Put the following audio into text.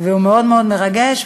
והיא מאוד מאוד מרגשת,